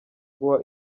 guha